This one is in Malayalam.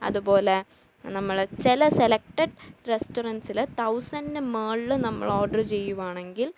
അതുപോലെ നമ്മൾ ചില സെലക്ടഡ് റെസ്റ്റോറൻറ്സിൽ തൗസന്റിൻ്റെ മുകളിൽ നമ്മൾ ഓർഡർ ചെയ്യുകയാണെങ്കിൽ